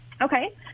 Okay